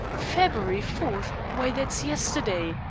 february four? why, that's yesterday.